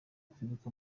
kwibuka